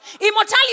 immortality